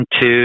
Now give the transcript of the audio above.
two